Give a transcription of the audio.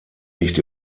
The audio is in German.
nicht